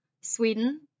Sweden